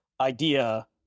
idea